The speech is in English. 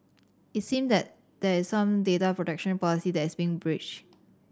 it seem that that is some data protection policy that is being breached